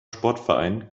sportverein